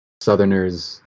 southerners